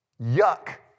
yuck